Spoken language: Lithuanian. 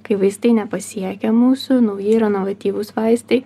kai vaistai nepasiekia mūsų nauji ir inovatyvūs vaistai